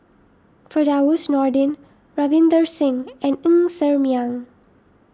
Firdalrus Nordin Ravinder Singh and Ng Ser Miang